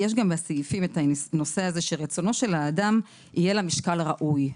בסעיפים הנושא שרצונו של האדם יהיה למשקל הראוי.